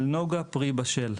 על נוגה פרי בשל,